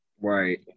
right